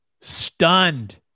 Stunned